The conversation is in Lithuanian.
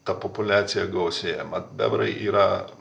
ta populiacija gausėja mat bebrai yra